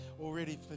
already